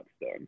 done